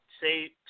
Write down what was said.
Say